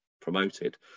promoted